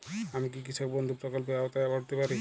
আমি কি কৃষক বন্ধু প্রকল্পের আওতায় পড়তে পারি?